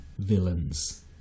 villains